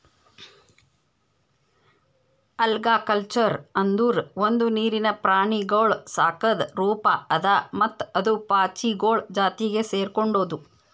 algaculture ಅಂದುರ್ ಒಂದು ನೀರಿಂದ ಪ್ರಾಣಿಗೊಳ್ ಸಾಕದ್ ರೂಪ ಅದಾ ಮತ್ತ ಅದು ಪಾಚಿಗೊಳ್ ಜಾತಿಗ್ ಸೆರ್ಕೊಂಡುದ್